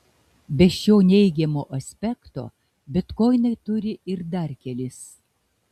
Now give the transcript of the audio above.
be šio neigiamo aspekto bitkoinai turi ir dar kelis